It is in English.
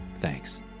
Thanks